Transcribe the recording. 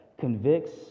convicts